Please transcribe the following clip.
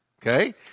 Okay